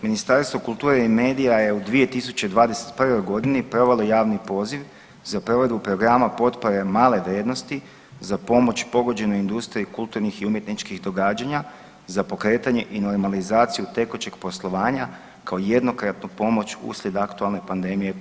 Ministarstvo kulture i medija je u 2021.g. provelo javni poziv za provedbu programa potpore male vrijednosti za pomoć pogođenoj industriji kulturnih i umjetničkih događanja za pokretanje i normalizaciju tekućeg poslovanja kao jednokratnu pomoć uslijed aktualne pandemije Covid-19.